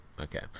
Okay